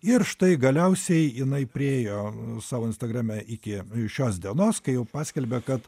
ir štai galiausiai jinai priėjo savo instagrame iki šios dienos kai jau paskelbė kad